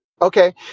Okay